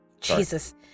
Jesus